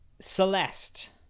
Celeste